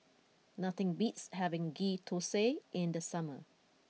nothing beats having Ghee Thosai in the summer